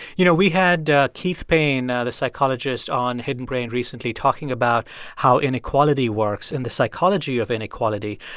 you know, we had keith payne, ah the psychologist, on hidden brain recently talking about how inequality works and the psychology of inequality.